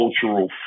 cultural